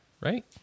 right